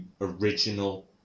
original